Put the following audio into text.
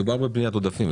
מדובר בפניית עודפים,